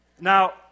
Now